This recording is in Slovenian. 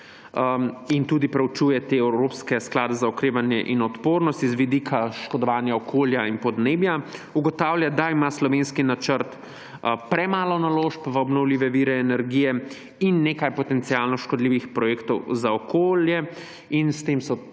in tudi preučuje te evropske sklade za okrevanje in odpornost z vidika škodovanja okolja in podnebja, ugotavlja, da ima slovenski načrt premalo naložb v obnovljive vire energije in nekaj potencialno škodljivih projektov za okolje in na to so opozorili